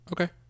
Okay